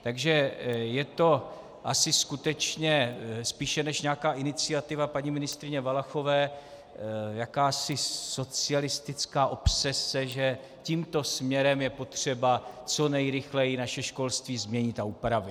Takže je to asi skutečně spíše než nějaká iniciativa paní ministryně Valachové jakási socialistická obsese, že tímto směrem je potřeba co nejrychleji naše školství změnit a upravit.